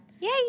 Yay